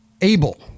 Abel